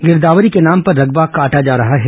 गिरदावरी के नाम पर रकबा काटा जा रहा है